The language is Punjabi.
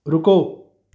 ਰੁਕੋ